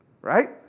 Right